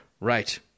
Right